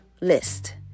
list